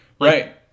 Right